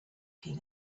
king